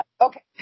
Okay